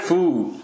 food